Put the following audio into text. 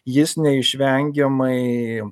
jis neišvengiamai